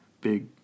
big